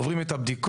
עוברים את הבדיקות.